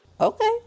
Okay